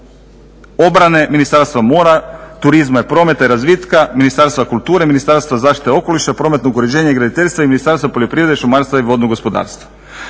obrane, Ministarstva mora, turizma i prometa, razvitka, Ministarstva kulture, Ministarstva zaštite okoliša, prometnog uređenja i graditeljstva i Ministarstva poljoprivrede, šumarstva i vodnog gospodarstva.